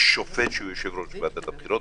יש שופט שהוא יושב-ראש ועדת הבחירות,